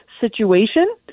situation